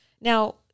Now